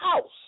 house